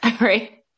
Right